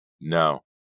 No